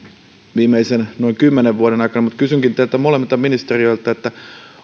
viimeisen noin kymmenen vuoden aikana mutta kysynkin teiltä molemmilta ministereiltä